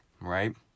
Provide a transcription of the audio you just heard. right